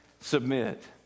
submit